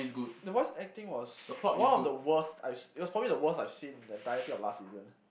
the voice acting was one of the worst I've it was probably the worst I've seen in the entirety of last season